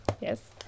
Yes